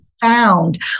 found